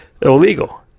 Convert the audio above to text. illegal